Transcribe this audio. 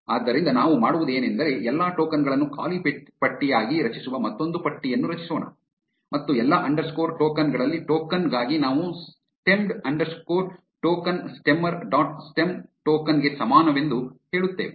ಆದ್ದರಿಂದ ನಾವು ಮಾಡುವುದೇನೆಂದರೆ ಎಲ್ಲಾ ಟೋಕನ್ ಗಳನ್ನು ಖಾಲಿ ಪಟ್ಟಿಯಾಗಿ ರಚಿಸುವ ಮತ್ತೊಂದು ಪಟ್ಟಿಯನ್ನು ರಚಿಸೋಣ ಮತ್ತು ಎಲ್ಲಾ ಅಂಡರ್ಸ್ಕೋರ್ ಟೋಕನ್ ಗಳಲ್ಲಿ ಟೋಕನ್ ಗಾಗಿ ನಾವು stemmed underscore token stemmer dot stem token ಗೆ ಸಮಾನವೆಂದು ಹೇಳುತ್ತೇವೆ